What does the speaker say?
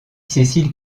cécile